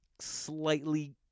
slightly